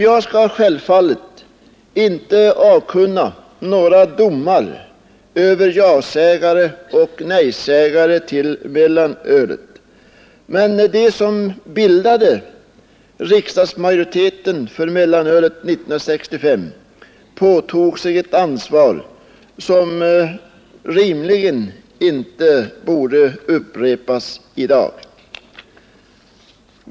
Jag skall självfallet inte avkunna några domar över jasägare och nejsägare, men de som bildade riksdagsmajoriteten för mellanölet 1965 påtog sig ett ansvar som rimligen inte borde upprepas i dag.